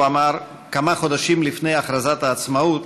הוא אמר כמה חודשים לפני הכרזת העצמאות,